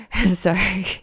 Sorry